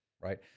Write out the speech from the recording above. right